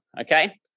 okay